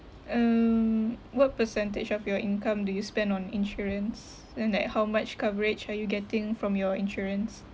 um what percentage of your income do you spend on insurance then like how much coverage are you getting from your insurance